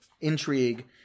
intrigue